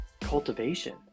cultivation